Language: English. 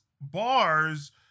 bars